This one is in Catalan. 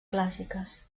clàssiques